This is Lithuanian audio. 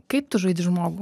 kaip tu žaidi žmogų